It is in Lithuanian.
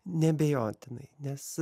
neabejotinai nes